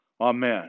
Amen